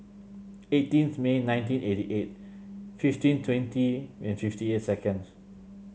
eighteenth May nineteen eighty eight fifteen twenty and fifty eight seconds